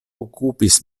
okupis